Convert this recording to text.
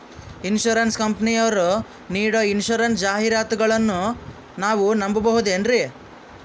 Insurance ಕಂಪನಿಯರು ನೀಡೋ insurance ಜಾಹಿರಾತುಗಳನ್ನು ನಾವು ನಂಬಹುದೇನ್ರಿ?